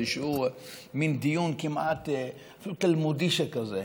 איזה מין דיון כמעט אפילו תלמודי שכזה,